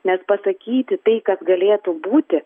nes pasakyti tai kas galėtų būti